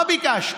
מה ביקשתי,